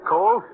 Cole